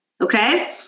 Okay